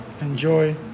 enjoy